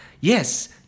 Yes